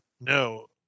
No